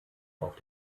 auf